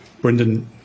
Brendan